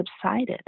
subsided